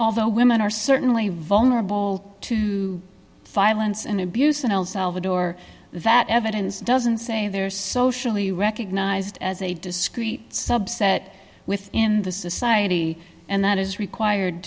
the women are certainly vulnerable to file ansen abuse in el salvador that evidence doesn't say they're socially recognized as a discrete subset within the society and that is required